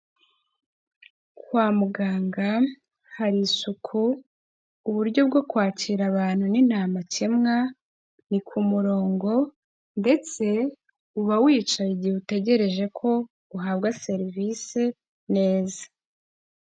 Kwa muganga hari isuku, uburyo bwo kwakira abantu ni ntamakemwa, ni ku murongo ndetse uba wicaye igihe utegereje ko uhabwa serivise neza.